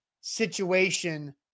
situation